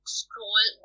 scroll